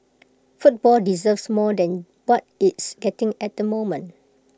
football deserves more than what it's getting at the moment